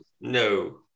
no